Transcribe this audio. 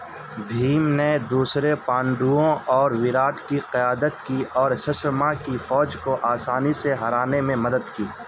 بھیم نے دوسرے پانڈوؤں اور وراٹ کی قیادت کی اور سشرما کی فوج کو آسانی سے ہرانے میں مدد کی